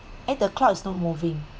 eh the clock is not moving